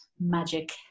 magic